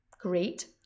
Great